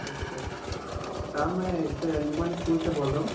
اچھا صاحب میں ایک انجمن اسکول سے بول رہا ہوں